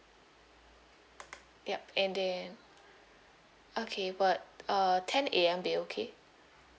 ya and then okay but uh ten A_M be okay